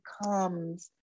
becomes